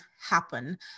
happen